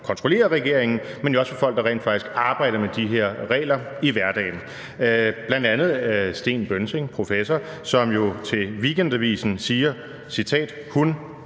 kontrollere regeringen, men jo også fra folk, der rent faktisk arbejder med de her regler i hverdagen, bl.a. Sten Bønsing, professor, som jo til Weekendavisen siger, citat: »Hun«